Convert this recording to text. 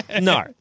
No